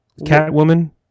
Catwoman